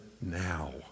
now